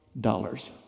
dollars